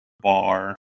bar